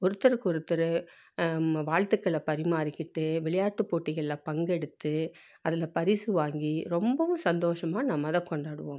ஒருத்தருக்கு ஒருத்தர் வாழ்த்துக்கள பரிமாறிக்கிட்டு விளையாட்டு போட்டிகளில் பங்கெடுத்து அதில் பரிசு வாங்கி ரொம்பவும் சந்தோஷமாக நம்ம அதை கொண்டாடுவோம்